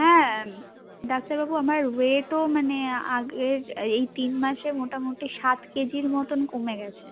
হ্যাঁ ডাক্তারবাবু আমার ওয়েটও মানে আগের এই তিন মাসে মোটামোটি সাত কেজির মতো কমে গেছে